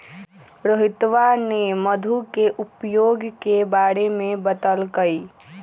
रोहितवा ने मधु के उपयोग के बारे में बतल कई